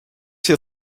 się